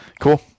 Cool